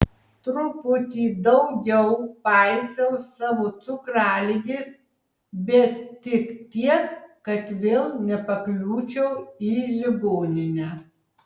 truputį daugiau paisiau savo cukraligės bet tik tiek kad vėl nepakliūčiau į ligoninę